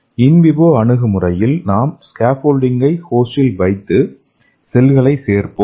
இன் vivo அணுகுமுறையில் நாம் ஸ்கேஃபோல்டிங்கை ஹோஸ்டில் வைத்து செல்களை சேர்ப்போம்